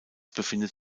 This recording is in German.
befindet